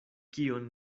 kion